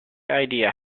idea